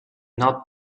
not